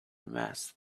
masked